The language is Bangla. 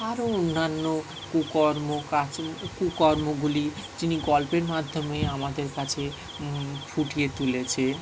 আরও অন্যান্য কুকর্ম কাজ কুকর্মগুলি যিনি গল্পের মাধ্যমে আমাদের কাছে ফুটিয়ে তুলেছে